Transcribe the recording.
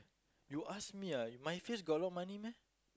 you ask me ah my face got a lot money meh